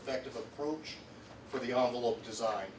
effective approach for the on little design